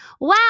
Wow